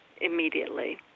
immediately